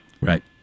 Right